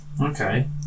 okay